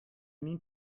need